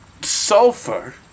Sulfur